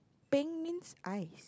peng means ice